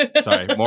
sorry